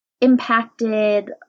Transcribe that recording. impacted